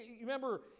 remember